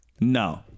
No